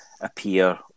appear